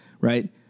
right